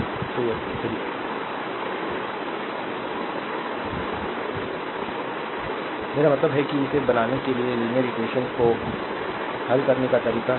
slide time देखें 2615 मेरा मतलब है कि इसे बनाने के लिए लीनियर इक्वेशन को हल करने का तरीका